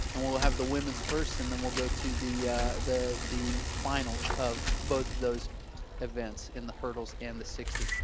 and we'll we'll have the women's first and then we'll go to the the finals of both of those events in the hurdles and the sixty.